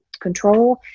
Control